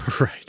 right